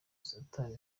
satani